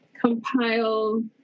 compile